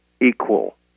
equal